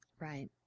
Right